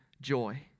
joy